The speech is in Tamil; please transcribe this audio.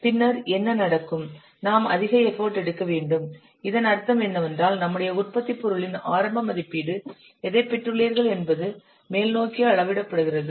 பின்னர் என்ன நடக்கும் நாம் அதிக எஃபர்ட் எடுக்க வேண்டும் இதன் அர்த்தம் என்னவென்றால் நம்முடைய உற்பத்திப் பொருளின் ஆரம்ப மதிப்பீடு எதைப் பெற்றுள்ளீர்கள் என்பது மேல்நோக்கி அளவிடப்படுகிறது